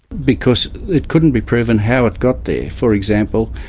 because it couldn't be proven how it got there. for example,